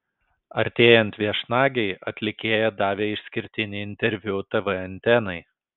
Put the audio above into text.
artėjant viešnagei atlikėja davė išskirtinį interviu tv antenai